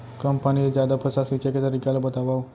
कम पानी ले जादा फसल सींचे के तरीका ला बतावव?